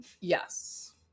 Yes